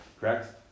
correct